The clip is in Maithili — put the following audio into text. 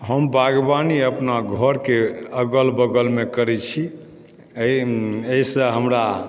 हम बागवानी अपना घरके अगल बगलमे करै छी एहिसँ हमरा